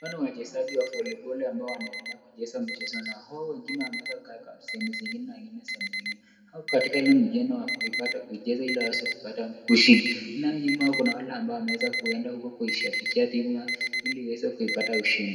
Hawa ni wachezaji wa voliboli ambao wanaendela kucheza mchezo na hao wengine wameweza kukaa sehemu zingine na wengine sehemu zingine. Wako katika ile mjini wa kuipata kuicheza ili waweze kupata ushindi, nao nyuma kuna wale ambao wameweza kuenda huko kuishabikia timu yao ili iweze kupata ushindi.